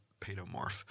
pedomorph